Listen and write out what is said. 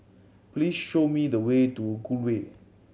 please show me the way to Gul Way